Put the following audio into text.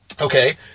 Okay